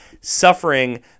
suffering